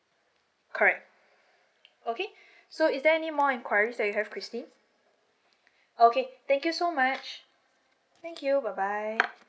correct okay so is there any more enquiries that you have christine okay thank you so much thank you bye bye